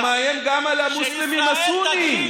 שמאיים גם על המוסלמים הסונים,